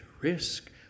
Risk